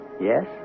Yes